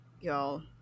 y'all